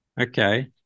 Okay